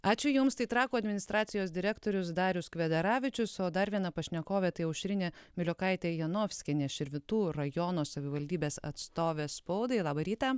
ačiū jums tai trakų administracijos direktorius darius kvedaravičius o dar viena pašnekovė tai aušrinė miliukaitė janovskienė širvintų rajono savivaldybės atstovė spaudai labą rytą